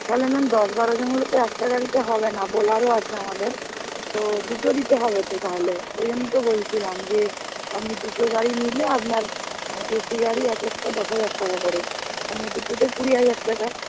তাহলে ম্যাম দশ বারোজন হলে তো একটা গাড়িতে হবে না বোলেরো আছে আমাদের তো দুটো দিতে হবে তো তাহলে ওইজন্যে বলছিলাম যে আপনি দুটো গাড়ি নিলে আপনার এসি গাড়ি এক একটা দশ হাজার টাকা করে মানে দুটোতে কুড়ি হাজার টাকা